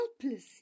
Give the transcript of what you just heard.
helpless